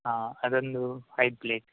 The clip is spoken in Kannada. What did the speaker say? ಹಾಂ ಅದೊಂದು ಫೈವ್ ಪ್ಲೇಟ್